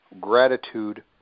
gratitude